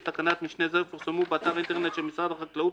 תקנת משנה זו יפורסמו באתר האינטרנט של משרד החקלאות